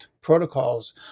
protocols